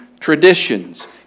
Traditions